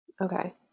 Okay